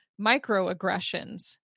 microaggressions